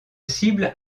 cible